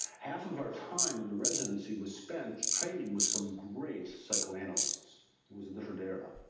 half of our time in the residency was spent training with some great psycho-analysts. it was a different era.